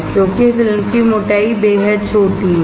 क्योंकि फिल्म की मोटाई बेहद छोटी है